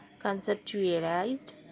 conceptualized